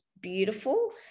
beautiful